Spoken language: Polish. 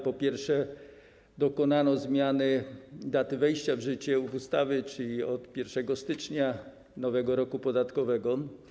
Po pierwsze, dokonano zmiany daty wejścia w życie ustawy: od 1 stycznia nowego roku podatkowego.